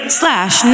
slash